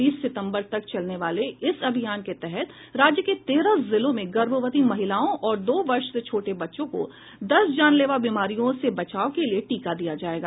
बीस सितम्बर तक चलने वाले इस अभियान के तहत राज्य के तेरह जिलों में गर्भवती महिलाओं और दो वर्ष से छोटे बच्चों को दस जानलेवा बीमारियों से बचाव के लिए टीका दिया जाएगा